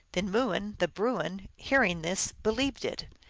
then mooin, the bruin, hearing this, believed it,